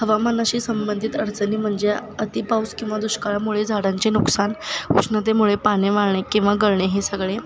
हवामानाशी संबंधित अडचणी म्हणजे अति पाऊस किंवा दुष्काळामुळे झाडांचे नुकसान उष्णतेमुळे पाने वाळणे किंवा गळणे हे सगळे